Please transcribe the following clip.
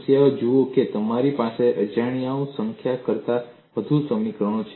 સમસ્યા જુઓ કે તમારી પાસે અજાણ્યાઓની સંખ્યા કરતાં વધુ સમીકરણો છે